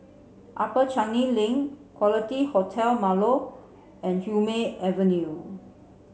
Upper Changi Link Quality Hotel Marlow and Hume Avenue